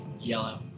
yellow